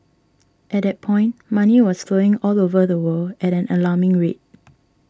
at that point money was flowing all over the world at an alarming rate